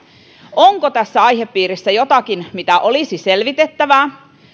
onko tässä aihepiirissä jotakin mitä olisi selvitettävä